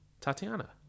Tatiana